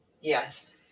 Yes